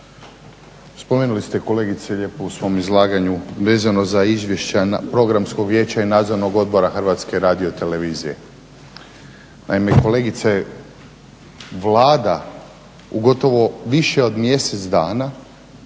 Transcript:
spomenuli ste kolegice lijepo u svom izlaganju vezano za izvješća Programskog vijeća i Nadzornog odbora HRT-a. Naime kolegice, Vlada u gotovo više od mjesec dana